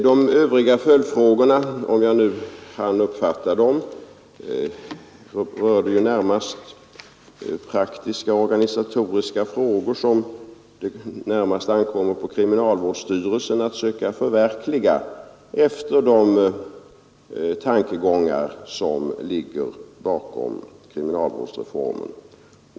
Om jag sedan uppfattade de övriga följdfrågorna rätt, så rörde de praktisk-organisatoriska frågor som det närmast ankommer på kriminal vårdsstyrelsen att försöka förverkliga efter de tankegångar som ligger bakom kriminalvårdsreformen.